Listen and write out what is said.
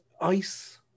ice